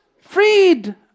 freed